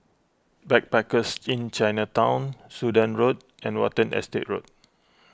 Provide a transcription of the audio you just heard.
Backpackers Inn Chinatown Sudan Road and Watten Estate Road